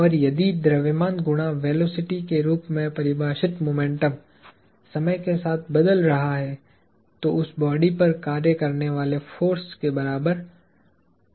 और यदि द्रव्यमान गुना वेलोसिटी के रूप में परिभाषित मोमेंटम समय के साथ बदल रहा है तो वह उस बॉडी पर कार्य करने वाले फोर्स के बराबर है